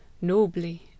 nobly